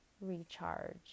recharge